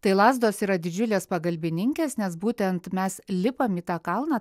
tai lazdos yra didžiulės pagalbininkės nes būtent mes lipam į tą kalną